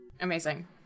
Amazing